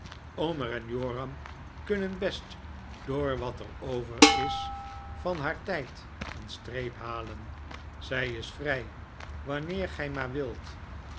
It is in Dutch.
en joram kunnen best door wat er over is van haar tijd een streep halen zij is vrij wanneer gij maar wilt